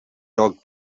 dog